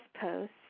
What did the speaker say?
post